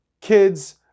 kids